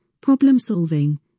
problem-solving